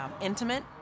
intimate